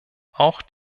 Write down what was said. auch